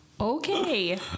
Okay